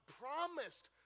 promised